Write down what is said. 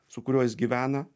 su kurios jis gyvena